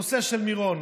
בנושא של מירון.